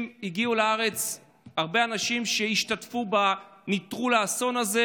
הגיעו לארץ הרבה אנשים שהשתתפו בנטרול האסון הזה,